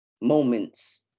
moments